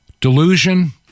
Delusion